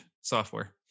software